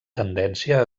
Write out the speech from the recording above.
tendència